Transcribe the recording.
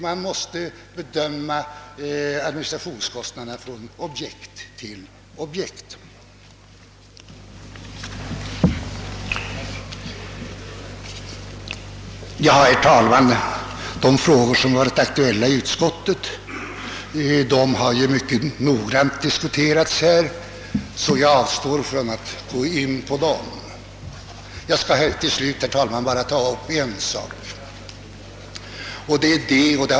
Man måste bedöma administrationskostnaderna från objekt till objekt och objekter skiftar. Herr talman! Jag skall till slut bara ta upp en sak.